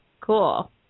Cool